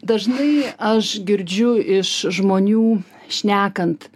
dažnai aš girdžiu iš žmonių šnekant